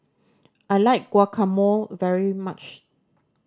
I like Guacamole very much